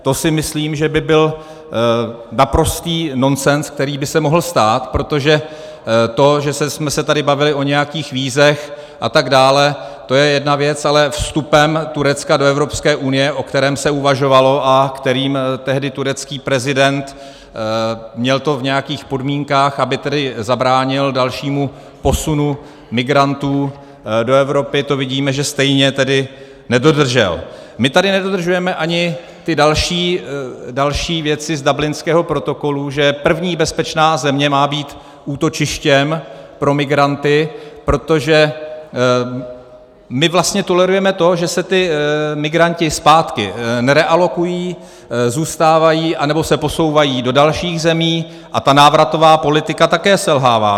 To si myslím, že by byl naprostý nonsens, který by se mohl stát, protože to, že jsme se tady bavili o nějakých vízech atd., to je jedna věc, ale vstupem Turecka do Evropské unie, o kterém se uvažovalo a který tehdy měl turecký prezident v nějakých podmínkách, aby zabránil dalšímu posunu migrantů do Evropy, to vidíme, že stejně tedy nedodržel my tady nedodržujeme ani další věci z Dublinského protokolu, že první bezpečná země má být útočištěm pro migranty, protože my vlastně tolerujeme to, že se ti migranti zpátky nerealokují, zůstávají, anebo se posouvají do dalších zemí, a ta návratová politika také selhává.